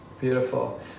Beautiful